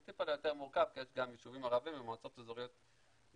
זה קצת יותר מורכב כי יש גם יישובים ערביים במועצות אזוריות יהודיות.